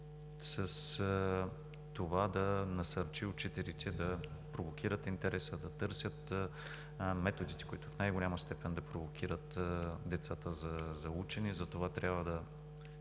системата да насърчим учителите да провокират интереса, да търсят методите, които в най голяма степен да провокират децата за учене. Затова трябва да